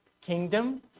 kingdom